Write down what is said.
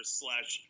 slash